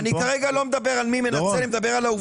אני כרגע לא מדבר על מי מנצל אלא אני מדבר על העובדה.